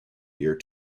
year